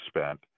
spent